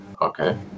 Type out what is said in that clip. Okay